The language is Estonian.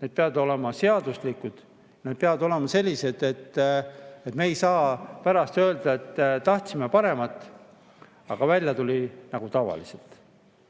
need peavad olema seaduslikud. Need peavad olema sellised, et me ei saa pärast öelda, et tahtsime paremat, aga välja tuli nagu tavaliselt. Ma